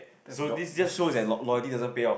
so this just shows that lo~ loyalty doesn't pay off